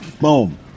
Boom